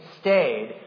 stayed